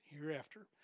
hereafter